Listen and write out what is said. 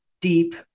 deep